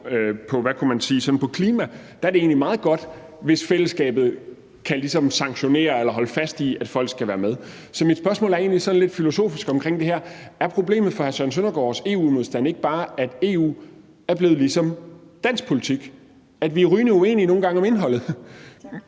på klimaområdet egentlig er meget godt, hvis fællesskabet ligesom kan sanktionere eller holde fast i, at folk skal være med. Så mit spørgsmål er egentlig sådan lidt filosofisk i forhold til det her. Er problemet for hr. Søren Søndergaards EU-modstand ikke bare, at EU er blevet ligesom dansk politik, i forhold til at vi nogle gange er rygende